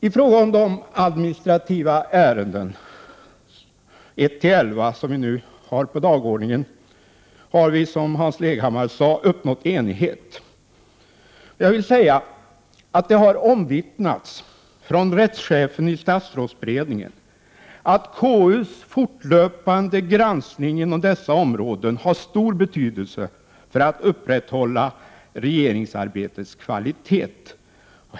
I fråga om de administrativa ärenden, punkterna 1-11, som vi nu har på dagordningen har vi, som Hans Leghammar sade, uppnått enighet. Det har omvittnats från rättschefen i statsrådsberedningen att KU:s fortlöpande granskning inom dessa områden har stor betydelse för att upprätthålla regeringsarbetets kvalitet.